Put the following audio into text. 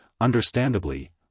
understandably